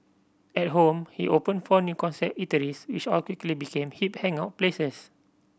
at home he opened four new concept eateries which all quickly became hip hangout places